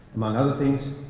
among other things,